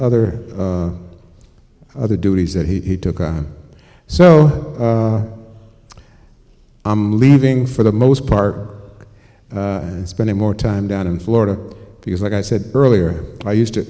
other other duties that he took on so i'm leaving for the most part and spending more time down in florida because like i said earlier i used to